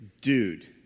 Dude